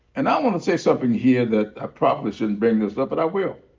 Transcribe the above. and i want to say something here that i probably shouldn't bring this up, but i will.